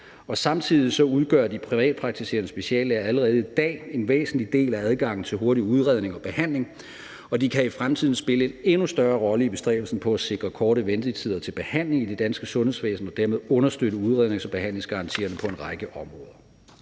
er. Samtidig udgør de privatpraktiserende speciallæger allerede i dag en væsentlig del af adgangen til hurtig udredning og behandling, og de kan i fremtiden spille en endnu større rolle i bestræbelsen på at sikre korte ventetider til behandling i det danske sundhedsvæsen og dermed understøtte udrednings- og behandlingsgarantierne på en række områder.